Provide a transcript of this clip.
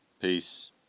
Peace